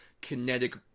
kinetic